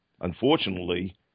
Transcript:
unfortunately